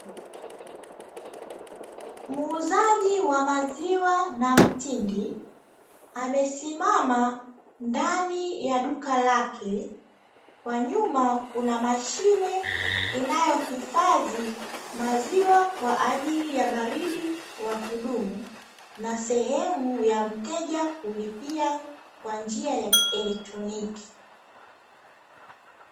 Muuzaji wa maziwa na mtindi, amesimama ndani ya duka lake, kwa nyuma kuna mashine inayohifadhi maziwa kwa ajili ya baridi la kudumu na sehemu ya mteja kulipia kwa njia ya kielektroniki.